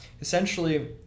essentially